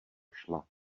šla